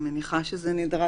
מי זה האדם הזה?